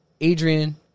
Adrian